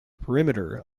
perimeter